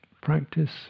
practice